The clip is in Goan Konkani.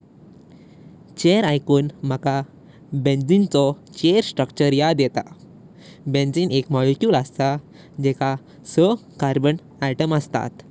चेयर ऐकून माका बेंझीन चो चेयर स्ट्रक्चर याद येता। बेंझीन एक मॉलिक्यूल असता जातेका सा कार्बन अॅटॉम अस्तात।